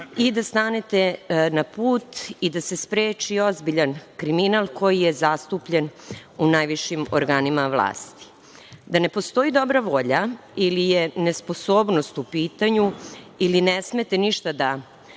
i da stanete na put da se spreči ozbiljan kriminal koji je zastupljen u najvišim organima vlasti. Da ne postoji dobra volja ili je nesposobnost u pitanju ili ne smete ništa da